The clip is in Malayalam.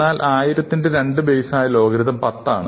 എന്നാൽ 1000 ന്റെ 2 ബേസായ ലോഗരിതം പത്താണ്